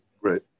Right